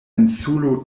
insulo